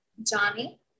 Johnny